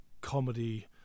comedy